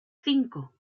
cinco